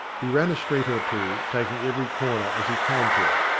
he ran a street or two, taking every corner as he came to it,